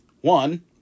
One